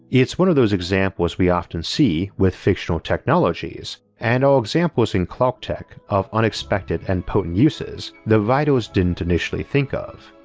it's one of those examples we often see with fictional technologies and our examples in clarketech of unexpected and potent uses the writer didn't initially think of.